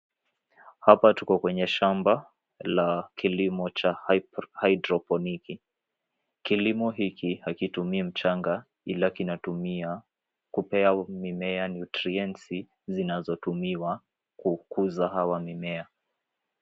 Hapa tuko kwenye shamba la kilimo cha haidroponiki. Kilimo hiki hakitumii mchanga ila kinatumia kupea mimea nutriensi zinazotumiwa kukuza hawa mimea.